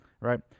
Right